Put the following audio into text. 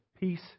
peace